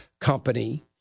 company